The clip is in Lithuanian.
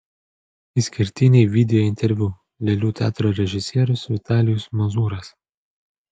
išskirtiniai videointerviu lėlių teatro režisierius vitalijus mazūras